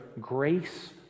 grace